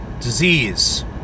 disease